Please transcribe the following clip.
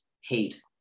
hate